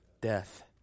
death